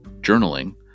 journaling